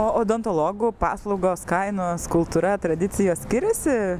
o odontologų paslaugos kainos kultūra tradicijos skiriasi